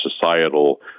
societal